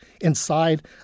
inside